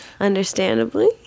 Understandably